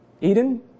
Eden